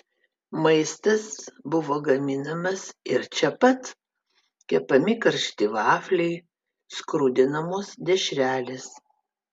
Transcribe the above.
maistas buvo gaminamas ir čia pat kepami karšti vafliai skrudinamos dešrelės